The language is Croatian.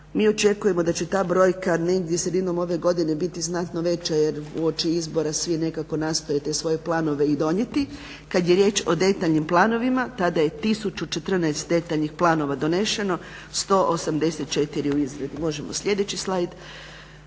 Mi očekujemo da će ta brojka negdje sredinom ove godine biti znatno veća jer uoči izbora svi nekako nastoje te svoje planove i donijeti. Kad je riječ o detaljnim planovima tada je 1014 detaljnih planova doneseno, 184 u izradi. Možemo sljedeći slajd.